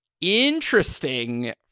interesting